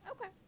Okay